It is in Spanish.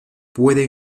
puede